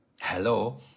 hello